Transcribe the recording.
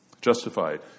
Justified